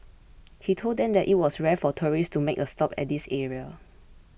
he told them that it was rare for tourists to make a stop at this area